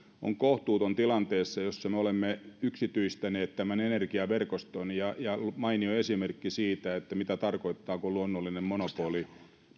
on kohtuuton tilanteessa jossa me olemme yksityistäneet tämän energiaverkoston ja ja on mainio esimerkki siitä mitä tarkoittaa kun luonnollinen monopoli